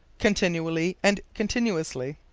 continually and continuously.